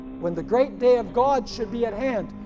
when the great day of god should be at hand,